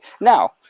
Now